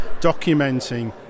documenting